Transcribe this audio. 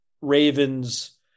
Ravens